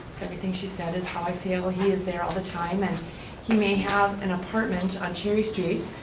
everything she said is how i feel he is there all the time, and he may have an apartment on cherry street,